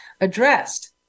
addressed